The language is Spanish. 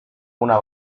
una